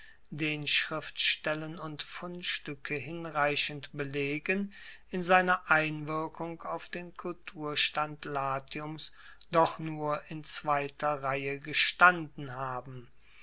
den schriftstellen und fundstuecke hinreichend belegen in seiner einwirkung auf den kulturstand latiums doch nur in zweiter reihe gestanden haben